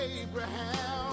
Abraham